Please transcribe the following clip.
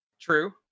True